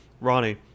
Ronnie